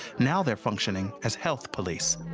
now, they're functioning as health police.